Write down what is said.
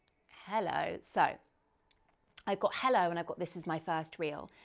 hello, so i've got hello, and i've got this is my first reel.